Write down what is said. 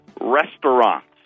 Restaurants